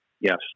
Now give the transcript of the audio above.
Yes